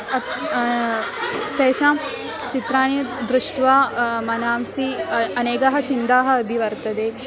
अतः तेषां चित्राणि दृष्ट्वा मनांसि अनेकाः चिन्ताः अपि वर्तते